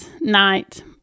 night